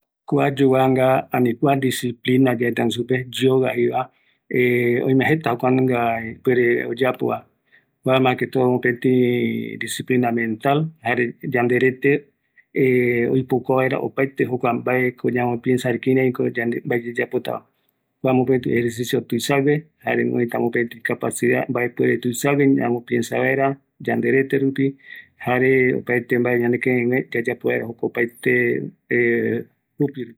Kua diciplia jaeko yanderete yamboe vaera mbaravɨkɨ mental, yandeko oïmeta ñanoï ñemomete tuisagueva, yandepia, ñaneaka oikua vaera mbae oyapo, oïmetako oparavɨkɨ ñaneäkä kuape